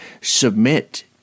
Submit